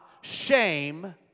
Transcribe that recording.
shame